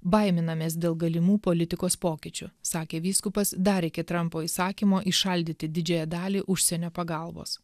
baiminamės dėl galimų politikos pokyčių sakė vyskupas dar iki trumpo įsakymo įšaldyti didžiąją dalį užsienio pagalbos